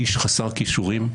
איש חסר כישורים,